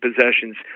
possessions